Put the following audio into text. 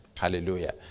Hallelujah